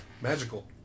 Magical